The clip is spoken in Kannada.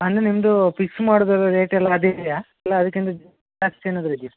ಅಣ್ಣ ನಿಮ್ಮದು ಫಿಕ್ಸ್ ಮಾಡುವುದೆಲ್ಲ ರೇಟೆಲ್ಲ ಅದೇ ಇದೆಯಾ ಇಲ್ಲ ಅದಕ್ಕಿಂತ ಜಾಸ್ತಿ ಏನಾದ್ರೂ ಇದೆಯ